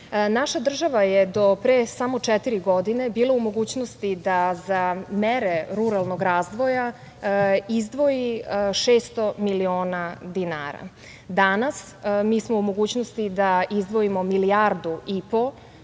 država je do pre samo četiri godine bila u mogućnosti da za mere ruralnog razvoja izdvoji 600.000.000 dinara. Danas mi smo u mogućnosti da izdvojimo milijardu i po,